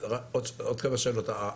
עוד כמה שאלות,